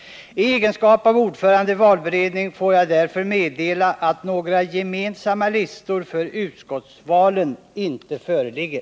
I egenskap av ordförande i valberedningen får jag därför meddela att några gemensamma listor för utskottsvalen inte föreligger.